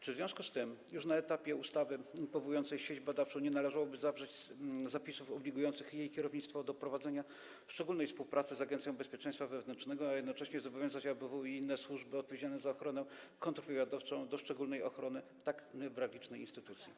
Czy w związku z tym już na tym etapie w ustawie powołującej sieć badawczą nie należałoby zawrzeć zapisów obligujących jej kierownictwo do prowadzenia szczególnej współpracy z Agencją Bezpieczeństwa Wewnętrznego, a jednocześnie zobowiązać ABW i inne służby odpowiedzialne za ochronę kontrwywiadowczą do szczególnej ochrony tak newralgicznej instytucji?